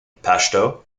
pashto